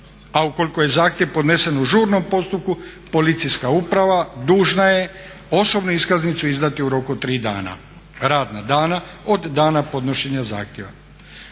a ukoliko je zahtjev podnesen u žurnom postupku policijska uprava dužna je osobnu iskaznicu izdati u roku od 3 radna dana od dana podnošenja zahtjeva.